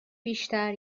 بیشتر